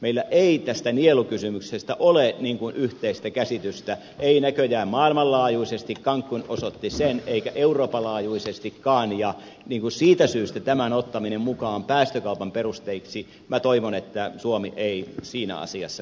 meillä ei tästä nielukysymyksestä ole yhteistä käsitystä ei näköjään maailmanlaajuisesti cancun osoitti sen eikä euroopan laajuisestikaan ja siitä syystä minä toivon että tämän ottamisessa mukaan päästökaupan perusteiksi suomi ei kuitenkaan etenisi